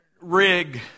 rig